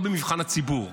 לא במבחן הציבור.